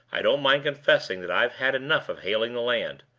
i don't mind confessing that i've had enough of hailing the land.